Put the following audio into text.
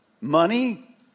Money